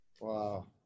Wow